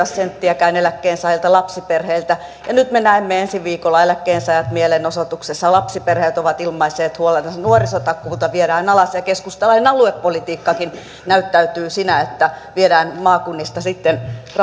senttiäkään eläkkeensaajilta lapsiperheiltä ja nyt me näemme ensi viikolla eläkkeensaajat mielenosoituksessa lapsiperheet ovat ilmaisseet huolensa nuorisotakuuta viedään alas ja keskustalainen aluepolitiikkakin näyttäytyy siinä että viedään maakunnista sitten